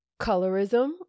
colorism